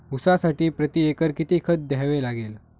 ऊसासाठी प्रतिएकर किती खत द्यावे लागेल?